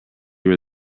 were